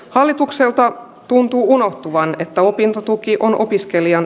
hallitukselta tuntuu unohtuvan että opintotuki on opiskelijan